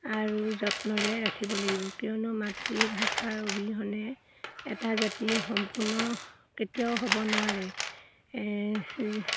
আৰু যত্নৰে ৰাখিব লাগিব কিয়নো মাতৃভাষাৰ অবিহনে এটা জাতি সম্পূৰ্ণ কেতিয়াও হ'ব নোৱাৰে